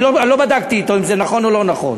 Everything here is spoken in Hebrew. אני לא בדקתי אתו אם זה נכון או לא נכון.